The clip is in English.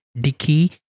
dicky